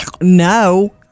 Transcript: no